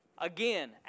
Again